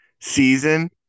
season